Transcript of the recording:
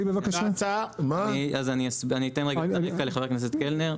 אענה לחבר הכנסת קלנר.